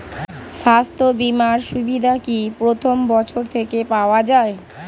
স্বাস্থ্য বীমার সুবিধা কি প্রথম বছর থেকে পাওয়া যায়?